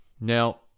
Now